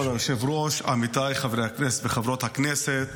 כבוד היושב-ראש, עמיתיי חברי הכנסת וחברות הכנסת,